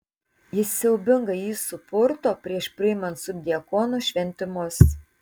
jis siaubingai jį supurto prieš priimant subdiakono šventimus